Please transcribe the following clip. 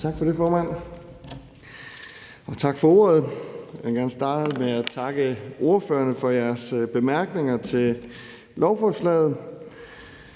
Tak for ordet, formand. Jeg vil gerne starte med at takke ordførerne for jeres bemærkninger til lovforslaget.